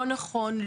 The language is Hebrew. לא נכון,